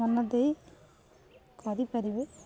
ମନ ଦେଇ କରିପାରିବେ